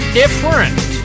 different